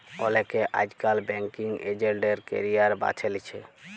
অলেকে আইজকাল banking agent এর ক্যারিয়ার বাছে লিছে